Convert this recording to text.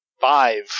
Five